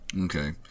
Okay